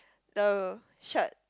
the shirt